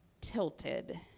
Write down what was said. tilted